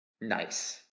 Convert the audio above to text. Nice